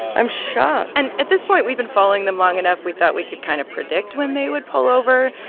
i'm shocked and at this point, we've been following them long enough, we thought we could kind of predict when they would pull over.